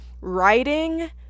writing